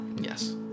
Yes